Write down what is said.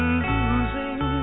losing